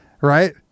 Right